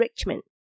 Richmond